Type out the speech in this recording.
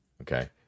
okay